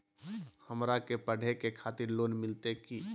हमरा के पढ़े के खातिर लोन मिलते की?